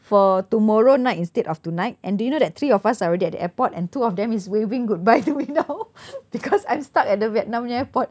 for tomorrow night instead of tonight and did you know that three of us are really at the airport and two of them is waving goodbye to him now because I'm stuck at the vietnam airport